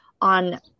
on